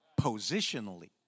positionally